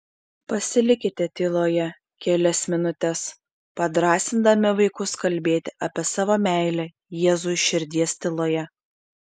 pasilikite tyloje kelias minutes padrąsindami vaikus kalbėti apie savo meilę jėzui širdies tyloje